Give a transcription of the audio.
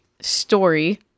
story